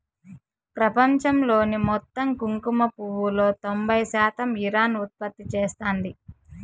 ప్రపంచంలోని మొత్తం కుంకుమ పువ్వులో తొంబై శాతం ఇరాన్ ఉత్పత్తి చేస్తాంది